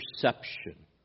perception